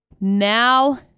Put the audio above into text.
now